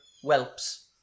whelps